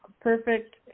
perfect